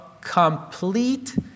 complete